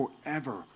forever